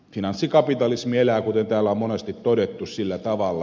finanssikapitalismi elää kuten täällä on monesti todettu sillä tavalla